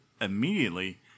immediately